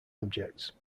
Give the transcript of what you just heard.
objects